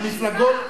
המפלגות,